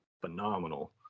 phenomenal